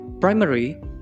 Primary